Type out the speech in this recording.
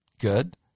good